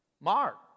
Mark